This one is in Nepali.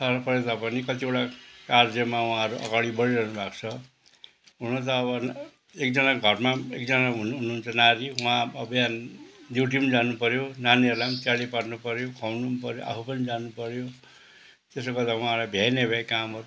साह्रो परे तापनि कतिवटा कार्यमा उहाँहरू अगाडि बढिरहनु भएको छ हुनु त अब एकजना घरमा एकजाना हुनुहुन्छ नारी उहाँ बिहान ड्युटी पनि जानु पऱ्यो नानीहरूलाई पनि तयारी पार्नु पऱ्यो खुवाउनु पनि पऱ्यो आफू पनि जानु पऱ्यो त्यसोगर्दा उहाँहरूलाई भ्याइनभ्याइ कामहरू